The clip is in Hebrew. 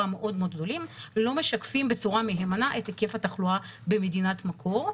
מאוד-מאוד גדולים לא משקפים בצורה מהימנה את היקף התחלואה במדינת מקור.